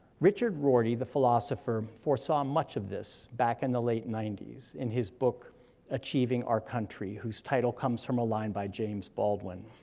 richard rorty the philosopher foresaw much of this back in the late ninety s, in his book achieving our country, whose title comes from a line by james baldwin.